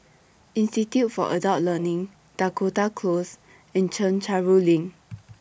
Institute For Adult Learning Dakota Close and Chencharu LINK